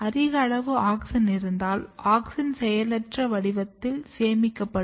அதிக அளவு ஆக்ஸின் இருந்தால் ஆக்ஸின் செயலற்ற வடிவத்தில் சேமிக்கப்படும்